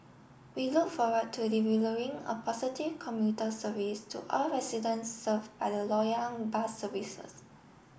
we look forward to delivering a positive commuter service to all residents serve by the Loyang bus services